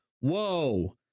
whoa